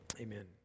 Amen